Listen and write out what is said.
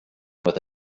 with